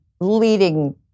leading